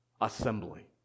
assembly